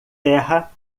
terra